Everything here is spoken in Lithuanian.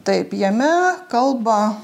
taip jame kalba